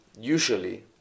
usually